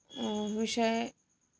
विषये